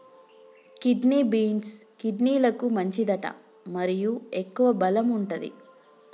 kidney beans, కిడ్నీలకు మంచిదట మరియు ఎక్కువ బలం వుంటది